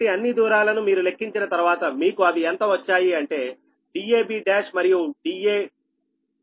కాబట్టి అన్నీ దూరాలను మీరు లెక్కించిన తర్వాత మీకు అవి ఎంత వచ్చాయి అంటే dab1 మరియు da1b 6